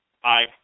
Hi